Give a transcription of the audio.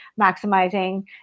maximizing